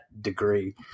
degree